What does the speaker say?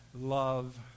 love